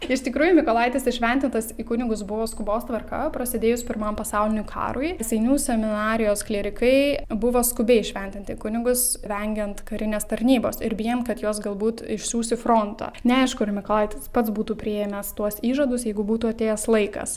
iš tikrųjų mykolaitis įšventintas į kunigus buvo skubos tvarka prasidėjus pirmam pasauliniui karui seinių seminarijos klierikai buvo skubiai įšventinti į kunigus vengiant karinės tarnybos ir bijant kad juos galbūt išsiųs į frontą neaišku ar mykolaitis pats būtų priėmęs tuos įžadus jeigu būtų atėjęs laikas